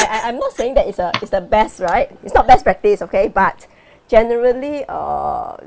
I I I'm not saying that it's a is the best right it's not best practice okay but generally err